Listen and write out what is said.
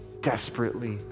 desperately